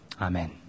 Amen